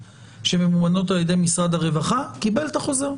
שממומנות על-ידי משרד הרווחה קיבלה את החוזר.